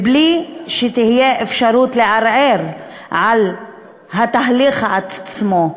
בלי שתהיה אפשרות לערער על התהליך עצמו.